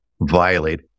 violate